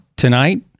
Tonight